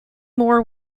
more